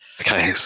Okay